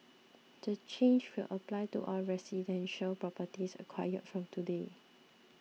the change will apply to all residential properties acquired from today